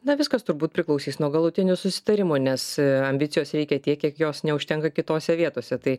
na viskas turbūt priklausys nuo galutinio susitarimo nes ambicijos reikia tiek kiek jos neužtenka kitose vietose tai